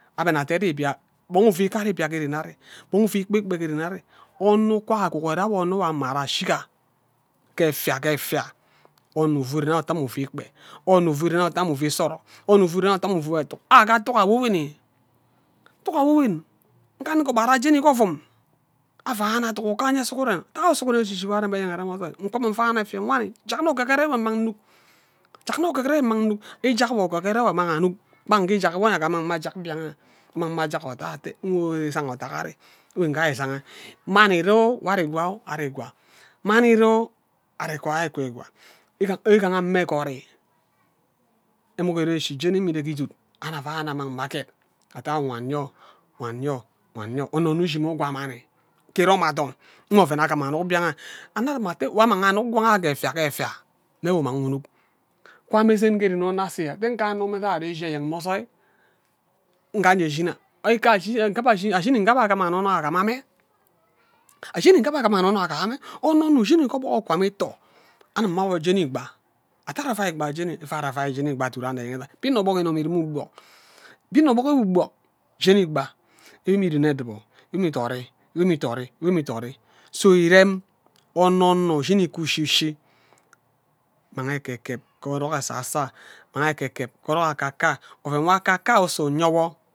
Abhe nna aded ibia man ufu ikad ivia ghe ren ari ammang ufu ikpe ikpe ghe inue ari onno wan agugore awo onno nwa amara ashigha ke efia ke efia onno ufu ren ayo uta amme ufu ikpe onno ufu ren ayo uta amme amme ufu isar orok onno ufu ren ayo utu awo ka atu awini ta awo wen nkanika ogbara jeni gee oven aveana aduk uko anye sughuren ayo sughuren eshi eshi nwo, arim enyeng arem ozoi ngana mma nvana efia wani jak nne ekighere nwo nmang nnug jak nne okighere nwo nmang nnug ijak wo okighere nwo amang anug ighe ijak wo mme nge amang mme ajak mbian ayo amang mme ajak othai ayo ate nwe izang othak ari nwe nghe arizanga memi ire naw ari-gwai mani ire gwa ari ikugwa igaha igaha mme egori anuk ereshi jeni mme ire ke iviok anunk avagana me aman mme aked wanyo wanya wanyo onno onno ushi mme ugwa mani ke irom athon muo oven agam annuk mbian arh anna adum atte nwo annang annuk ngwang ayo ghe efia ke efia mme nwo ummang unnuk wum mme sen ghe ren onno ase ate anno mbhe ari ishi enyeng mma ozoi nga nje nshi nna ashini nghe abhe agam anonoyi agima mme ashini nghe abhe agam anonoyi agimma onno ushini nge obok uka mme ito anum mma awo jeni igba ate ari avai igba jeni ije ari avar jeni igba duduk enyeng isan mbino obok inom ire mme ugbok mbino obo nwe ubok ijeni igba ami ireni edibo nwi mmi idori nwi mmi idori nwi mmi idori so irem onno onno ushini nghe ushi shi mang ekekeb ke orok asasa mma ekekeb ke orok akaka arh oven nwo aka ay oba uye wo